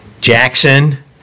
Jackson